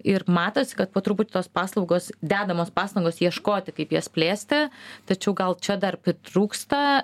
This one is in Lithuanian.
ir matosi kad po truputį tos paslaugos dedamos pastangos ieškoti kaip jas plėsti tačiau gal čia dar pritrūksta